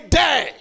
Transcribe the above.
day